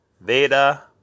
Veda